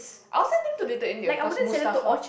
I'll send them to Little-India cause Mustafa